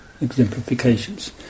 exemplifications